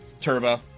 Turbo